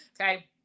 Okay